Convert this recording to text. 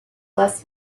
less